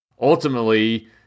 Ultimately